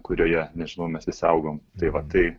kurioje nežinau mes visi augom tai va tai